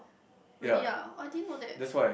really ah I didn't know that